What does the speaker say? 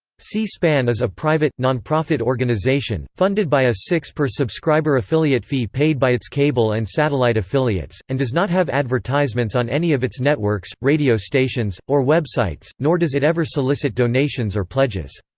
c-span is a private, nonprofit organization, funded by a six c per subscriber affiliate fee paid by its cable and satellite affiliates, and does not have advertisements on any of its networks, radio stations, or websites, nor does it ever solicit donations or pledges.